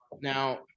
Now –